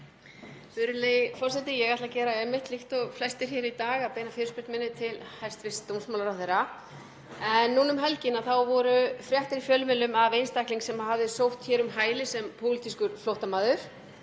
Virðulegi forseti. Ég ætla að gera líkt og flestir hér í dag og beina fyrirspurn minni til hæstv. dómsmálaráðherra. Núna um helgina voru fréttir í fjölmiðlum af einstaklingi sem hafði sótt hér um hæli sem pólitískur flóttamaður.